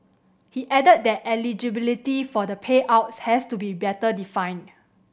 he added that eligibility for the payout has to be better defined